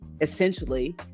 essentially